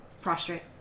prostrate